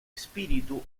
espíritu